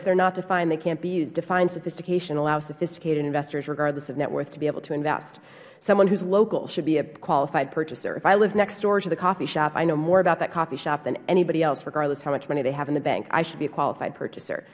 if they're not defined they can't be used define sophistication allows the sophisticated investors regardless of net worth to be able to invest someone who's local should be a qualified purchaser if i live next door to the coffee shop i know more about that coffee shop than anybody else regardless of how much money they have in the bank i should be a qualified purchaser